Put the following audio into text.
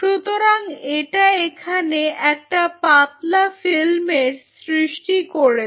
সুতরাং এটা এখানে একটা পাতলা ফিল্মের সৃষ্টি করেছে